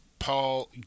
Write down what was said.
Paul